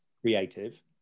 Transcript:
creative